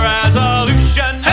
resolution